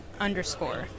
underscore